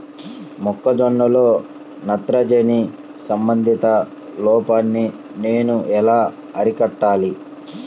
మొక్క జొన్నలో నత్రజని సంబంధిత లోపాన్ని నేను ఎలా అరికట్టాలి?